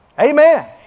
Amen